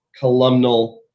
columnal